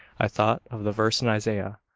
i thought of the verse in isaiah,